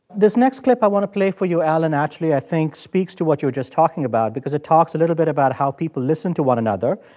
this next clip i want to play for you, alan, actually i think speaks to what you were just talking about because it talks a little bit about how people listen to one another.